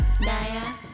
Naya